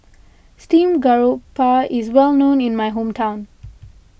Steamed Garoupa is well known in my hometown